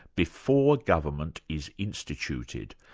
before government is instituted,